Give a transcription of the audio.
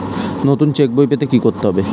নতুন চেক বই পেতে কী করতে হবে?